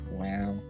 wow